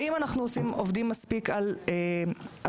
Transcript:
האם אנחנו עובדים מספיק על הסברה?